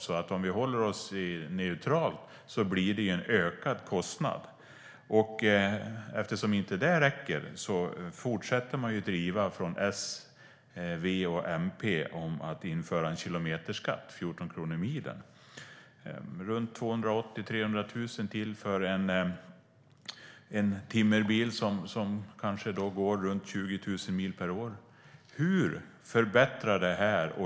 Totalt sett blir det alltså en ökad kostnad. Eftersom detta inte räcker fortsätter man från S, V och MP att vilja införa en kilometerskatt om 14 kronor per mil. Det blir 280 000-300 000 till per år för en timmerbil som går runt 20 000 mil per år. På vilket sätt är detta en förbättring?